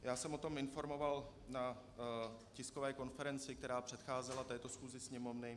Já jsem o tom informoval na tiskové konferenci, která předcházela této schůzi Sněmovny.